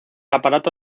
aparato